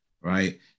right